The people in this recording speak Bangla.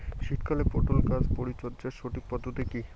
শীতকালে পটল গাছ পরিচর্যার সঠিক পদ্ধতি কী?